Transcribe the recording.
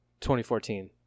2014